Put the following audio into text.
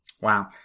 Wow